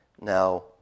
Now